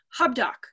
Hubdoc